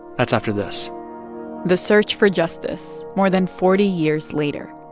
that's after this the search for justice more than forty years later,